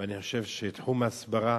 ואני חושב שתחום ההסברה,